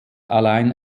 allein